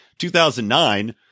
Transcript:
2009